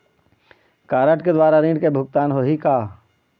Card के द्वारा ऋण के भुगतान होही का?